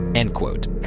end quote.